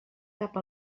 cap